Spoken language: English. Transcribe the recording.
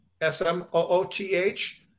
S-M-O-O-T-H